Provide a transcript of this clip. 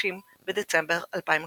30 בדצמבר 2017